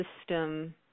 system